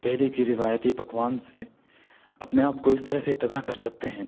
دہلی کی روایتی پکوان سے اپنے آپ کو اس طرح سے تباہ کر سکتے ہیں